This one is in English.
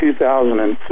2006